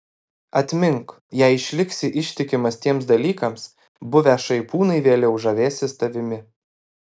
atmink jei išliksi ištikimas tiems dalykams buvę šaipūnai vėliau žavėsis tavimi